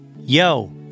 yo